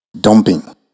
Dumping